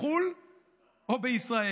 בחו"ל או בישראל,